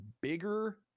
bigger